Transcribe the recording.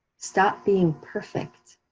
stop being perfect.